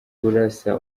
kurasa